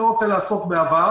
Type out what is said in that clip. אבל אני לא רוצה לעסוק בעבר,